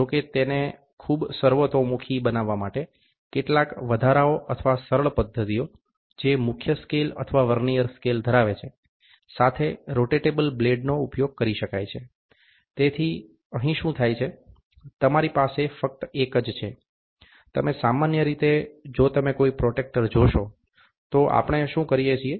જો કે તેને ખૂબ સર્વતોમુખી બનાવવા માટે કેટલાક વધારાઓ અથવા સરળ પદ્ધતિઓ જે મુખ્ય સ્કેલ અથવા વર્નીઅર સ્કેલ ધરાવે છે સાથે રોટેટેબલ બ્લેડનો ઉપયોગ કરી શકાય છે તેથી અહીં શું થાય છે તમારી પાસે ફક્ત એક જ છે તમે સામાન્ય રીતે જો તમે કોઈ પ્રોટેક્ટર જોશો તો આપણે શું કરીએ છીએ